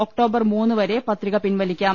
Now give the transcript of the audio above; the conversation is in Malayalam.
ഒക്ടോബർ മൂന്ന് വരെ പത്രിക പിൻവലിക്കാം